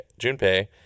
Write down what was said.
Junpei